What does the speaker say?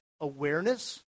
awareness